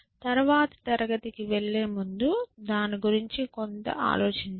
తరువాతి తరగతికి వెళ్లే ముందు దాని గురించి కొంత ఆలోచించండి